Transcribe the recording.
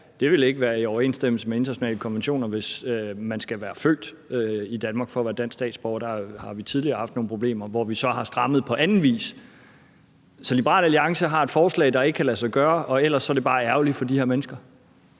der, ikke ville være i overensstemmelse med internationale konventioner, altså hvis man skal være født i Danmark for at være dansk statsborger. Der har vi tidligere haft nogle problemer, hvor vi så har strammet på anden vis. Så Liberal Alliance har et forslag, der ikke kan lade sig gøre, og ellers så er det bare ærgerligt for de her mennesker?